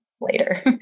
later